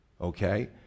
okay